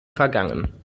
vergangen